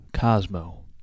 Cosmo